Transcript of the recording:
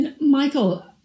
Michael